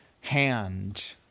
hand